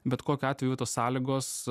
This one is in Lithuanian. bet kokiu atveju tos sąlygos